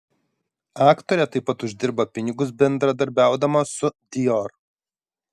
aktorė taip pat uždirba pinigus bendradarbiaudama su dior